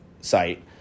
site